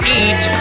eat